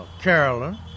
Carolyn